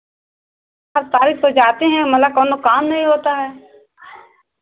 हर तारीख पे जाते हैं मतलब कौनो काम नहीं होता है